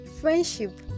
friendship